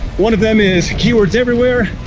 one of them is keywords everywhere,